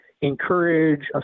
encourage